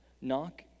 Knock